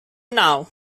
now